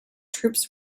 troops